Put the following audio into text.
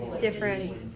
different